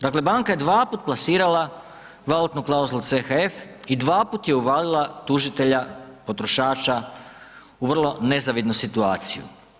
Dakle banka je dvaput plasirala valutnu klauzulu CHF i dvaput je uvalila tužitelja, potrošača u vrlo nezavidnu situaciju.